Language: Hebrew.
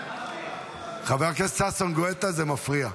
חבר הכנסת ששון גואטה, זה מפריע.